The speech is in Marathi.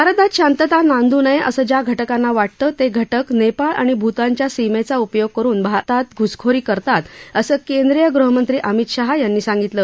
भारतात शांतता नांदू नया असं ज्या घटकांना वाटतं त घटक नप्राळ आणि भूतानच्या सीमब्धा उपयोग करुन भारतात घ्सखोरी करतात असं केंद्रीय गृहमंत्री अमित शहा यांनी सांगितलं